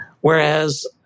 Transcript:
Whereas